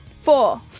four